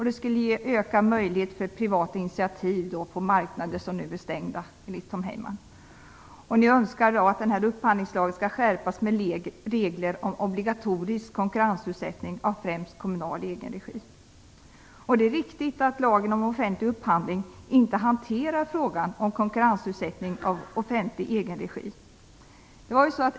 Det skulle ge en ökad möjlighet för privata initiativ på marknader som nu är stängda, enligt Tom Heyman. Han önskar därför att upphandlingslagen skall skärpas med regler om obligatorisk konkurrensutsättning av främst kommunal egenregi. Visst är det riktigt att lagen om offentlig upphandling inte hanterar frågan om konkurrensutsättning av offentlig egenregi.